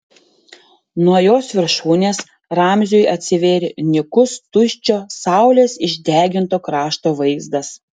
nuo jos viršūnės ramziui atsivėrė nykus tuščio saulės išdeginto krašto vaizdas